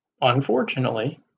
unfortunately